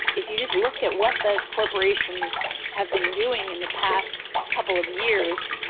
if you just look at what the corporations have been doing in the past couple of years,